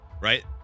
Right